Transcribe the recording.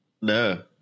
No